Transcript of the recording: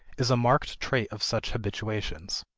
is a marked trait of such habituations.